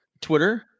Twitter